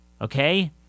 Okay